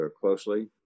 closely